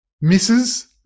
misses